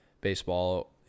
baseball